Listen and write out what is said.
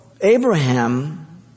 Abraham